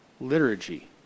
liturgy